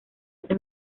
ese